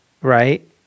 right